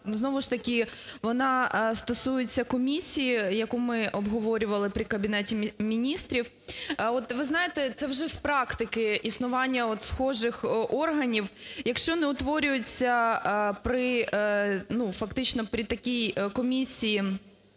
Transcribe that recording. знову ж таки вона стосується комісії, яку ми обговорювали, при Кабінеті Міністрів. От ви знаєте, це вже з практики існування от схожих органів. Якщо не утворюється фактично при такій комісії